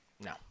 No